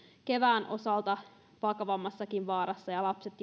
kevään osalta vakavammassakin vaarassa ja lapset